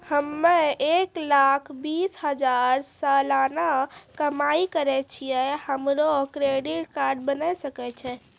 हम्मय एक लाख बीस हजार सलाना कमाई करे छियै, हमरो क्रेडिट कार्ड बने सकय छै?